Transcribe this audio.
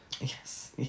Yes